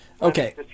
Okay